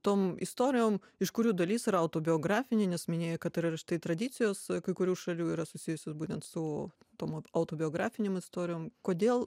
tom istorijom iš kurių dalis yra autobiografinė nes minėjau kad ir štai tradicijos kai kurių šalių yra susijusios būtent su tom autobiografinėm istorijom kodėl